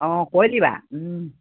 অঁ কৈ দিবা